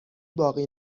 باقی